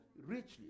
richly